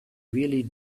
really